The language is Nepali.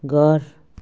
घर